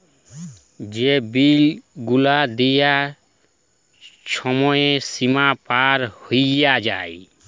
যে বিল গুলা দিয়ার ছময় সীমা পার হঁয়ে যায়